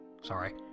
Sorry